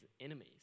enemies